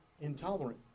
intolerant